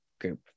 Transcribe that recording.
group